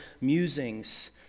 musings